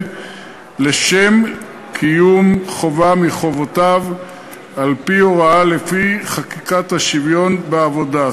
לשם קיום חובה מחובותיו על-פי הוראה לפי חוק שוויון ההזדמנויות בעבודה,